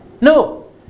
No